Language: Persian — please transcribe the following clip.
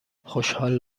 خوشحال